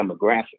demographic